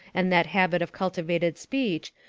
and that habit of cultivated speech,